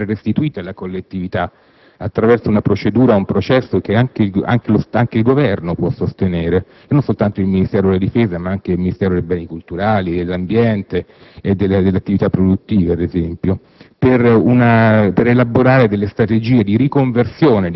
le aree liberate possono essere restituite alla collettività attraverso un processo che anche il Governo può sostenere, e non soltanto il Ministero della difesa, ma anche i Ministeri per i beni culturali, dell'ambiente e delle attività produttive, per